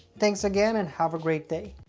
thanks again and have a great day!